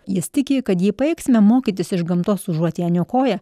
jis tiki kad jei pajėgsime mokytis iš gamtos užuot ją niokoję